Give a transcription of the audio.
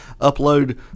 Upload